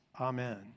amen